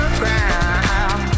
ground